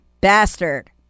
Bastard